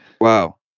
Wow